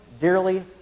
dearly